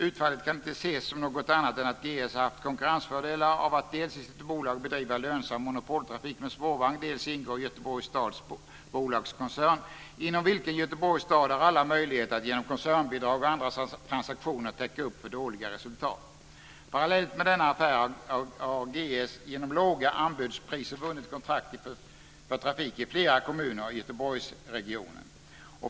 Utfallet kan inte ses som något annat än att GS har haft konkurrensfördelar av att dels i sitt bolag bedriva lönsam monopoltrafik med spårvagn, dels ingå i Göteborgs stads bolagskoncern inom vilken Göteborgs stad har alla möjligheter att genom koncernbidrag och andra transaktioner täcka upp för dåliga resultat. Parallellt med denna affär har GS genom låga anbudspriser vunnit kontrakt för trafik i flera kommuner i Göteborgsregionen.